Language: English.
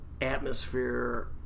atmosphere